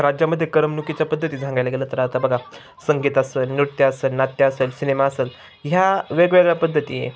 राज्यामधे करमणुकीच्या पद्धती सांगायला गेलं तर आता बघा संगीत असल नृत्य असलं नाट्य असलं सिनेमा असलं ह्या वेगवेगळ्या पद्धती आहे